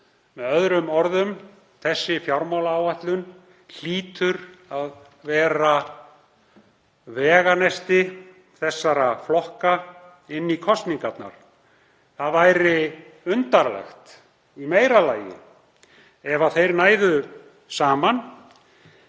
Með öðrum orðum, þessi fjármálaáætlun hlýtur að vera veganesti þessara flokka inn í kosningarnar. Það væri undarlegt í meira lagi ef þeir næðu saman